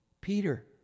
Peter